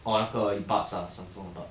orh 那个 buds ah Samsung 的 buds